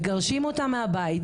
מגרשים אותה מהבית,